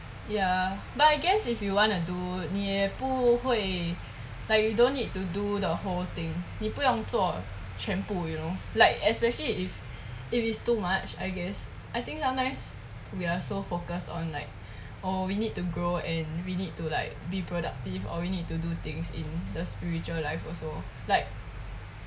ya but I guess if you wanna do 你也不会 like you don't need to do the whole thing 你不用做全部 you know like especially if if it is too much I guess I think sometimes we're so focused on like or we need to grow and we need to like be productive or we need to do things in the spiritual life also like